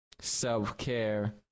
self-care